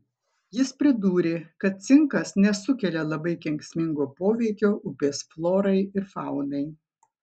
jis pridūrė kad cinkas nesukelia labai kenksmingo poveikio upės florai ir faunai